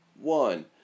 one